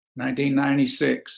1996